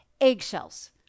eggshells